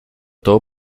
todo